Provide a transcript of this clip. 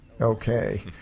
Okay